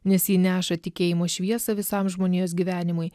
nes ji neša tikėjimo šviesą visam žmonijos gyvenimui